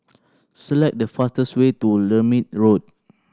select the fastest way to Lermit Road